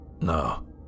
No